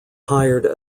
hired